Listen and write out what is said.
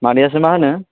मादैआसो मा होनो